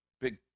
big